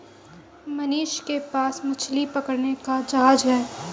मनीष के पास मछली पकड़ने का जहाज है